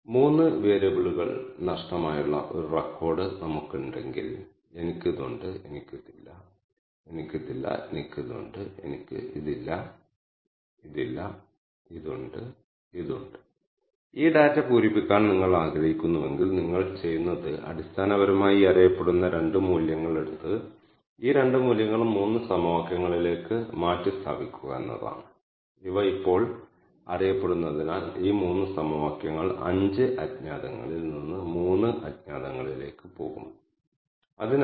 നിങ്ങൾ ഈ command execute ചെയ്യുമ്പോൾ അത് ഡാറ്റ മാട്രിക്സ് എടുക്കും ഈ ഡാറ്റയിൽ നിന്ന് നിങ്ങൾ നിർമ്മിക്കാൻ ആഗ്രഹിക്കുന്ന നിരവധി ക്ലസ്റ്ററുകൾ എടുക്കും കൂടാതെ നിങ്ങൾക്ക് ഒരു കെ മീൻസ് R ഒബ്ജക്റ്റ് തിരികെ നൽകും